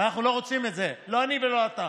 ואנחנו לא רוצים את זה, לא אני ולא אתה.